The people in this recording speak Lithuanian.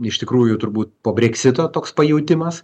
iš tikrųjų turbūt po breksito toks pajautimas